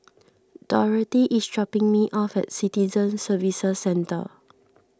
Dorothy is dropping me off at Citizen Services Centre